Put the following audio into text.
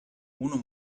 unu